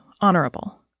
honorable